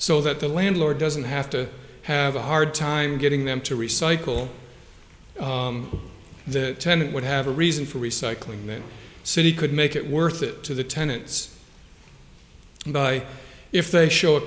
so that the landlord doesn't have to have a hard time getting them to recycle that tenant would have a reason for recycling the city could make it worth it to the tenants by if they show a